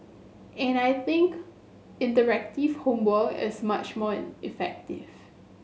and I think interactive homework is much more in effective